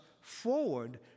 forward